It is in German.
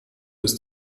ist